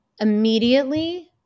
immediately